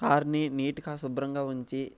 కార్ని నీట్గా శుభ్రంగా ఉంచి